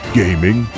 gaming